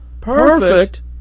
Perfect